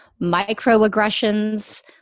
microaggressions